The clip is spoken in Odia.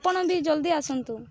ଆପଣ ବି ଜଲଦି ଆସନ୍ତୁ